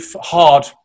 hard